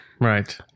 Right